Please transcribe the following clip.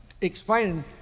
explaining